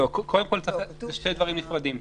קודם כול אלו שני דברים נפרדים.